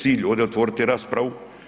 cilj ovde otvoriti raspravu.